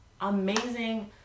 amazing